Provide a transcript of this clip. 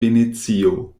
venecio